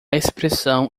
expressão